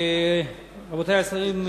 רבותי השרים,